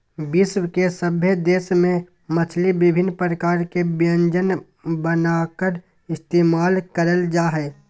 विश्व के सभे देश में मछली विभिन्न प्रकार के व्यंजन बनाकर इस्तेमाल करल जा हइ